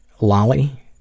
Lolly